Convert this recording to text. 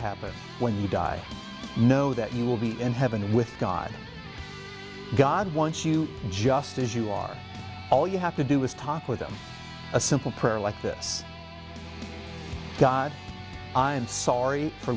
happen when you die know that you will be in heaven with god god wants you just as you are all you have to do is talk with him a simple prayer like this god sorry for